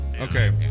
okay